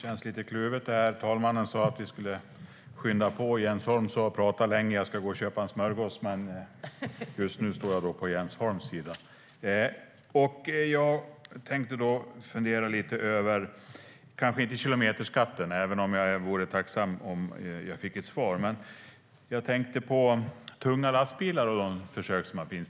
Herr talman! Jag tänkte fundera lite över - inte kilometerskatten, även om jag vore tacksam om jag kunde få ett svar - de försök som har gjorts när det gäller tunga lastbilar.